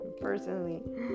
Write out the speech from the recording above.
personally